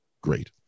great